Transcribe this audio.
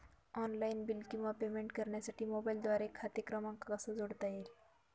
Online bill किंवा payment करण्यासाठी मोबाईलद्वारे खाते क्रमांक कसा जोडता येईल?